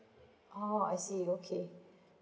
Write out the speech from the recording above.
oh I see okay